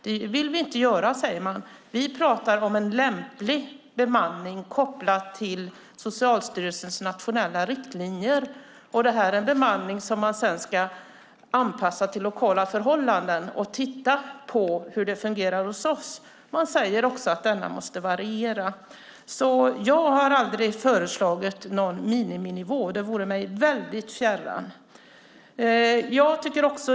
Det vill vi inte göra, säger man, utan vi pratar om en lämplig bemanning kopplad till Socialstyrelsens nationella riktlinjer. Den bemanningen ska sedan anpassas till lokala förhållanden där man tittar på hur det fungerar. Det sägs också att bemanningen måste variera. Jag har alltså aldrig föreslagit någon miniminivå. Det vore mig helt fjärran.